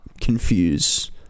confuse